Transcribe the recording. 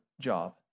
job